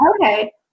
Okay